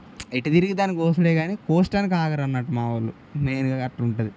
ఎటు తిరిగినా దాన్ని కోస్తాడు కానీ కొయ్యడానికి ఆగరన్నట్టు మా వాళ్ళు నేరుగా అలాఉంటుంది